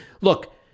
look